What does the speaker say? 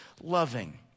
loving